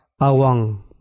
awang